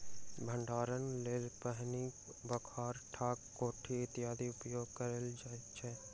भंडारणक लेल पहिने बखार, ढाक, कोठी इत्यादिक उपयोग कयल जाइत छल